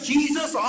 Jesus